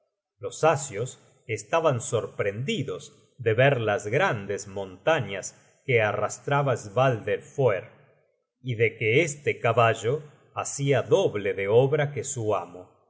los asios estaban sorprendidos de ver las grandes montañas que arrastraba svadelfoere y de que este caballo hacia doble de obra que su amo